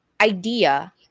idea